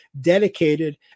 dedicated